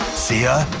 see ya?